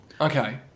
Okay